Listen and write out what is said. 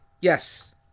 yes